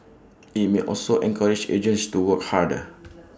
IT may also encourage agents to work harder